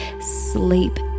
sleep